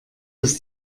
dass